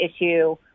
issue